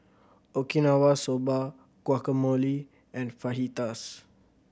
Okinawa Soba Guacamole and Fajitas